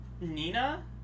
Nina